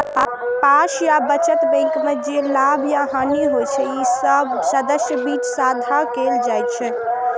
पारस्परिक बचत बैंक मे जे लाभ या हानि होइ छै, से सब सदस्यक बीच साझा कैल जाइ छै